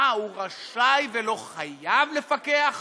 אה, הוא רשאי, ולא חייב לפקח?